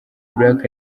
black